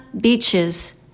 beaches